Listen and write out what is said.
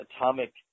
atomic